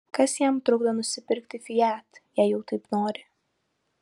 kas jam trukdo nusipirkti fiat jei jau taip nori